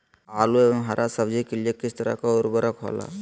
आलू एवं हरा सब्जी के लिए किस तरह का उर्वरक का उपयोग होला?